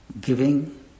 giving